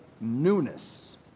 newness